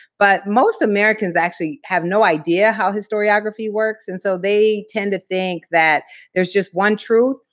but most americans actually have no idea how historiography works, and so they tend to think that there's just one truth,